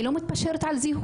אני לא מתפשרת על זהות,